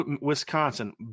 Wisconsin